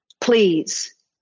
Please